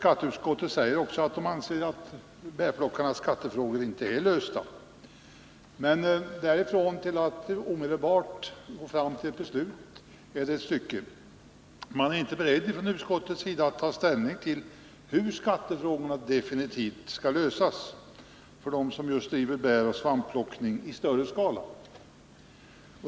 Skatteutskottet säger också att bärplockarnas skattefrågor inte är lösta. Men steget därifrån till att omedelbart fatta ett beslut är ganska långt. Utskottet är inte berett att nu ta ställning till hur skattefrågorna definitivt skall lösas för dem som bedriver bäroch svampplockning i större skala.